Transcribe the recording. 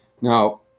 Now